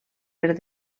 per